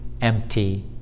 empty